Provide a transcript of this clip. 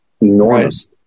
Enormous